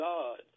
God